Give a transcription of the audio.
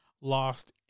lost